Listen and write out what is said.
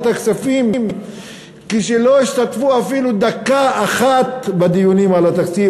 הכספים כשהם לא השתתפו אפילו דקה אחת בדיונים על התקציב,